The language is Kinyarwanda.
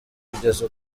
kugeza